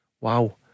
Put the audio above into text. wow